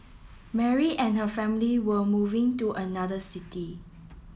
Mary and her family were moving to another city